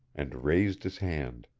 and raised his hand.